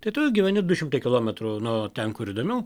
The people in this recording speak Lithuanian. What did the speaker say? tai tu gyveni du šimtai kilometrų nuo ten kur įdomiau